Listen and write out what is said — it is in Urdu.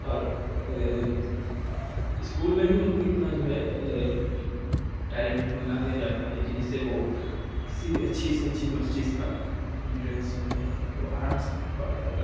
اور اسکول میں ہی ان کو اتنا جو ہے ٹیلینٹ منا دیا جاتا ہے کہ جس سے وہ کسی بھی اچھی سے اچھی یونیورسٹیز کا انٹرینس جو ہے وہ آرام سے کوالیفائی کر